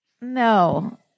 no